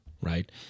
right